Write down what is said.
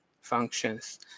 functions